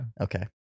okay